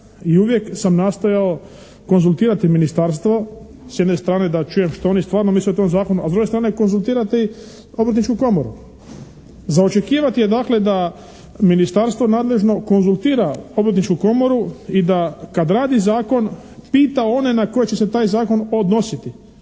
i uvijek sam nastojao konzultirati ministarstvo, s jedne strane da čujem što oni stvarno misle o tom zakonu, a s druge strane konzultirati Obrtničku komoru. Za očekivati je dakle da ministarstvo nadležno konzultira Obrtničku komoru i da kad radi zakon pita one na koje će se taj zakon odnositi